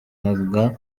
manga